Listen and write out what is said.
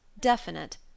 definite